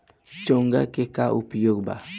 चोंगा के का उपयोग बा?